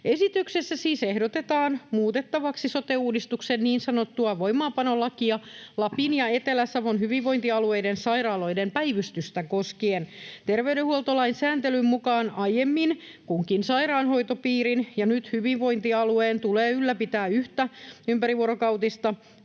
Esityksessä siis ehdotetaan muutettavaksi sote-uudistuksen niin sanottua voimaanpanolakia Lapin ja Etelä-Savon hyvinvointialueiden sairaaloiden päivystystä koskien. Terveydenhuoltolain sääntelyn mukaan aiemmin kunkin sairaanhoitopiirin ja nyt hyvinvointialueen tulee ylläpitää yhtä ympärivuorokautista